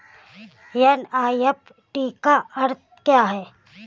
NEFT का अर्थ क्या है?